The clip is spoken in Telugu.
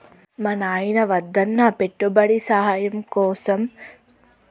మా నాయిన వద్దన్నా పెట్టుబడి సాయం కోసం నేను పతోడి కాళ్లు పట్టుకుంటిని